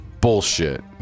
bullshit